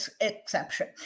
exception